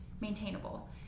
Maintainable